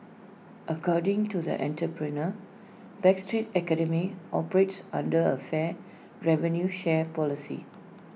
according to the entrepreneur backstreet academy operates under A fair revenue share policy